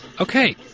okay